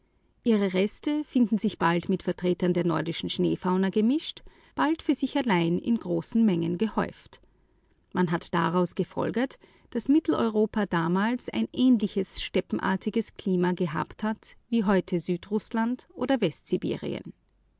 ihre reste finden sich bald mit vertretern der nordischen schneefauna gemischt bald für sich allein in großen mengen gehäuft man hat daraus gefolgert daß mitteleuropa damals ein ähnliches steppenartiges klima gehabt hat wie heute südrußland oder